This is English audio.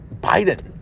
Biden